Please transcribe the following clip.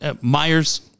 Myers